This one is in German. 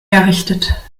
errichtet